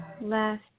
Left